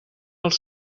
als